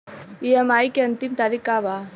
EMI के अंतिम तारीख का बा?